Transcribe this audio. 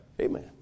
Amen